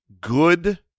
good